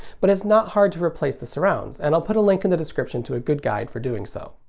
but it's not hard to replace the surrounds, and i'll put a link in the description to a good guide for doing so.